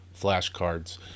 flashcards